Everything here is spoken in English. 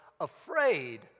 afraid